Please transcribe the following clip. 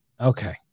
okay